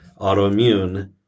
autoimmune